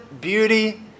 beauty